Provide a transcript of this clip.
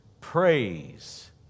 Praise